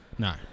No